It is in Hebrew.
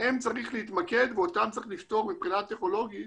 שבהם צריך להתמקד ואותם צריך לפתור מבחינה טכנולוגית